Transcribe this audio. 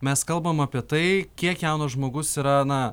mes kalbam apie tai kiek jaunas žmogus yra na